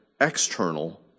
external